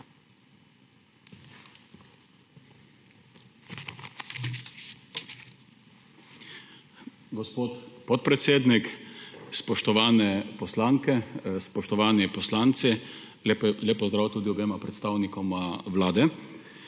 Gospod podpredsednik, spoštovane poslanke, spoštovani poslanci! Lep pozdrav tudi obema predstavnikoma Vlade!